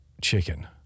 chicken